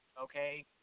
okay